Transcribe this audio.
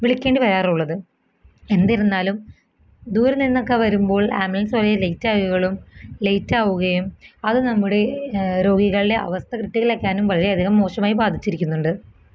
വിളിക്കേണ്ടി വരാറുള്ളത് എന്നിരുന്നാലും ദൂരെ നിന്നൊക്കെ വരുമ്പോൾ ആംബുലൻസ് ലേറ്റവുകയും ലേറ്റാവുകയും അത് നമ്മുടെ രോഗികളെ അവസ്ഥ ക്രിട്ടിക്കൽ ആക്കാനും വളരെ അധികം മോശമായും ബാധിച്ചിരിക്കുന്നുണ്ട്